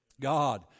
God